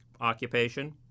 occupation